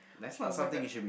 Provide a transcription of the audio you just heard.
[oh]-my-god